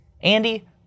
Andy